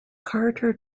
carter